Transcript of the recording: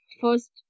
first